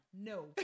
no